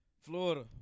Florida